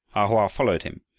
hoa followed him,